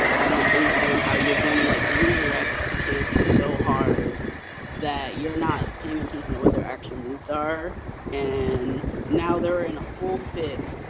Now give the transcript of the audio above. i don't understand how you're going to like redirect the kids so hard that you're not paying attention to what their actual needs are and now they're in a full fit,